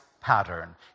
pattern